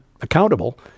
accountable